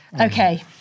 Okay